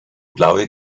blaue